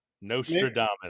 Nostradamus